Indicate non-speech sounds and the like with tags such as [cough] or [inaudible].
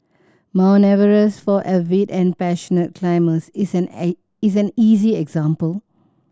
Mount Everest for avid and passionate climbers is an [unintelligible] is an easy example